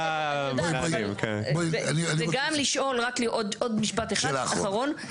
עוד משפט אחד אחרון,